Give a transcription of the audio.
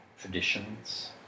traditions